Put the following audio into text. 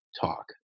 talk